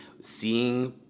seeing